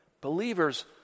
Believers